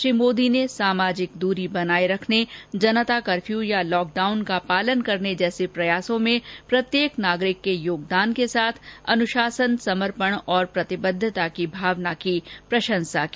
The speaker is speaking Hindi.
श्री मोदी ने सामाजिक दूरी बनाये रखने जनता कर्फ्यू या लॉकडाउन का पालन करने जैसे प्रयासों में प्रत्येक नागरिक के योगदान के साथ अनुशासन समर्पण और पतिबद्धता की भावना की प्रशंसा की